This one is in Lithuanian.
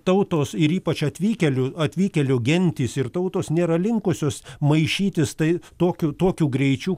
tautos ir ypač atvykėlių atvykėlių gentys ir tautos nėra linkusios maišytis tai tokiu tokiu greičiu